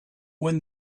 when